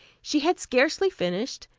she had scarcely finished,